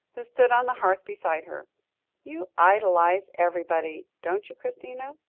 who stood on the hearth beside her you idealise everybody, don't you, christina?